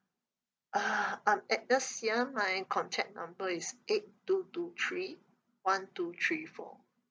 uh I'm agnes xia my contact number is eight two two three one two three four